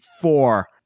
four